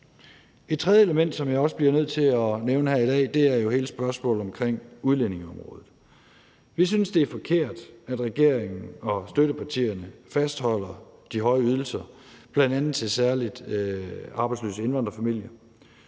Et tredje element, som jeg også bliver nødt til at nævne her i dag, er hele spørgsmålet om udlændingeområdet. Vi synes, det er forkert, at regeringen og støttepartierne fastholder de høje ydelser, bl.a. særlig til arbejdsløse indvandrerfamilier.